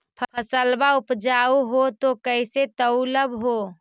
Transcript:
फसलबा उपजाऊ हू तो कैसे तौउलब हो?